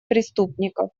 преступников